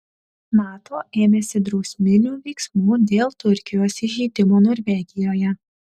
nato ėmėsi drausminių veiksmų dėl turkijos įžeidimo norvegijoje